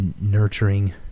nurturing